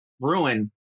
ruin